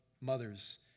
mothers